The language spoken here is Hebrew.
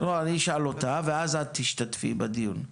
אני אשאל ואז את תשתתפי בדיון.